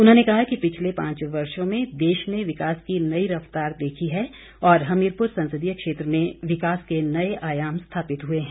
उन्होंने कहा कि पिछले पांच वर्षो में देश ने विकास की नई रफ्तार देखी है और हमीरपुर संसदीय क्षेत्र में विकास के नए आयाम स्थापित हुए है